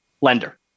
lender